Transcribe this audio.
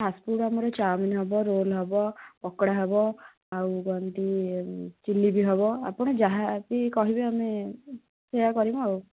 fast food ଆମର chow mein ହେବ roll ହେବ ପକୋଡ଼ା ହେବ ଆଉ କଣଟି ଚିଲ୍ଲି ବି ହେବ ଆପଣ ଯାହାବି କହିବେ ଆମେ ଏ ସେୟା କରିବୁ ଆଉ